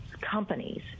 companies